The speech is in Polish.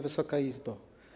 Wysoka Izbo!